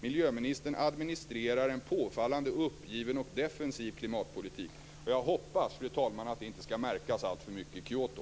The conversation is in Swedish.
Miljöministern administrerar en påfallande uppgiven och defensiv klimatpolitik. Jag hoppas, fru talman, att det inte skall märkas alltför mycket i Kyoto.